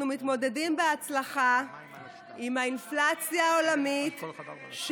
אנחנו מתמודדים בהצלחה עם האינפלציה העולמית,